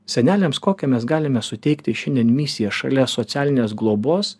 seneliams kokią mes galime suteikti šiandien misiją šalia socialinės globos